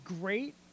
great